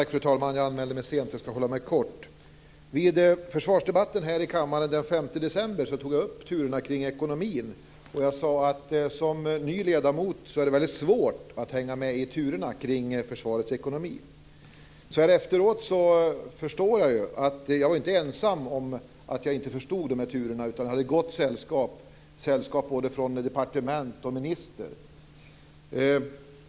Fru talman! Jag anmälde mig sent. Jag skall fatta mig kort. Vid försvarsdebatten här i kammaren den 5 december tog jag upp turerna kring ekonomin. Jag sade att det som ny ledamot är mycket svårt att hänga med i turerna kring försvarets ekonomi. Så här efteråt förstår jag ju att jag inte var ensam om att inte förstå de här turerna. Jag hade gott sällskap både från departement och minister.